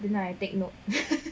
then I take note